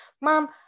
Mom